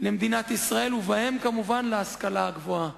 למדינת ישראל, ובהם, כמובן, ההשכלה הגבוהה.